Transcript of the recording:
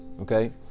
Okay